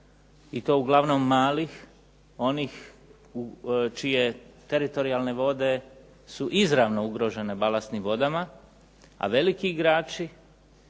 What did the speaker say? i to uglavnom malih, one čije su teritorijalne vode su izravno izložene balastnim vodama, a veliki igrači